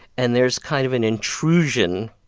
and there's kind of an intrusion